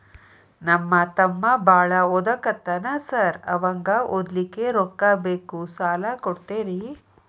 ನಮ್ಮ ತಮ್ಮ ಬಾಳ ಓದಾಕತ್ತನ ಸಾರ್ ಅವಂಗ ಓದ್ಲಿಕ್ಕೆ ರೊಕ್ಕ ಬೇಕು ಸಾಲ ಕೊಡ್ತೇರಿ?